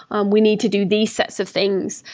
um we need to do these sets of things.